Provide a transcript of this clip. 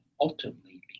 ultimately